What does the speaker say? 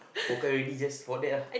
forget already this for they